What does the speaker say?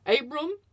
Abram